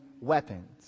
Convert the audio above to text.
weapons